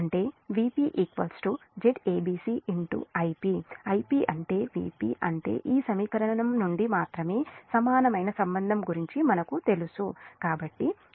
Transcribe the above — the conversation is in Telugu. అంటే Vp Zabc Ip అంటే Vp అంటే ఈ సమీకరణం నుండి మాత్రమే సమానమైన సంబంధం గురించి మనకు తెలుసు అంటే Vp A Vs and Ip A Is